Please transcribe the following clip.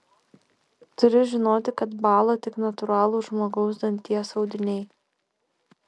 turi žinoti kad bąla tik natūralūs žmogaus danties audiniai